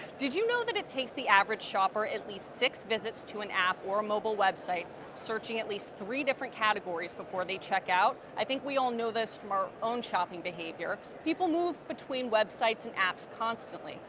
did you know anyway it takes the average shopper at least six visits to an app or mobile website searching at least three different categories before they check out? i think we all know this from our own shopping behavior. people move between websites and apps constantly,